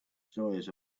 stories